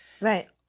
right